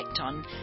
on